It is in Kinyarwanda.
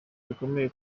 bikomeye